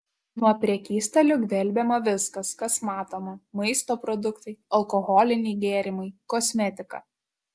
nuo prekystalių gvelbiama viskas kas matoma maisto produktai alkoholiniai gėrimai kosmetika